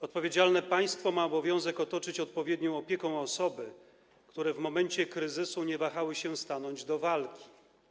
Odpowiedzialne państwo ma obowiązek otoczyć odpowiednią opieką osoby, które w momencie kryzysu nie wahały się stanąć do walki.